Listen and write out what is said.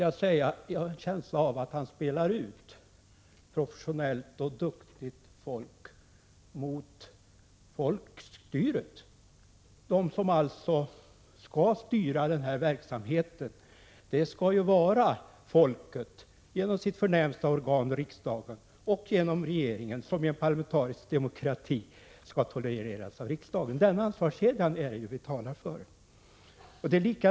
Jag har en känsla av att han spelar ut professionellt och duktigt folk mot folkstyret, som alltså skall styra denna verksamhet. Det skall ju vara folket som styr, genom sitt förnämsta organ riksdagen och genom regeringen, som i en parlamentarisk demokrati tolereras av riksdagen. Denna ansvarskedja är det som våra resonemang utgår från.